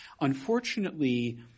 Unfortunately